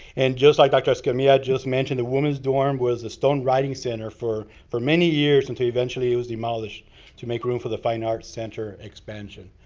and, just like doctor escamilla just mentioned, the women's dorm was the stone writing center for for many years until, eventually, it was demolished to make room for the fine arts center expansion.